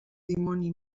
dimoni